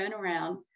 turnaround